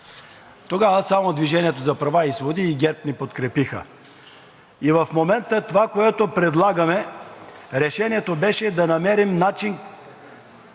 Тогава само „Движение за права и свободи“… и ГЕРБ ни подкрепиха. И в момента това, което предлагаме, решението беше да намерим начин